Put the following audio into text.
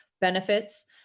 benefits